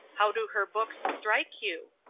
how do her books strike you?